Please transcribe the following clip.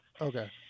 Okay